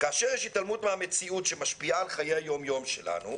כאשר יש התעלמות מהמציאות שמשפיעה על חיי היום יום שלנו,